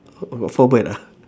oh got four bird ah